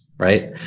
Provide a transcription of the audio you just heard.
right